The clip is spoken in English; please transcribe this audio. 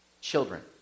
Children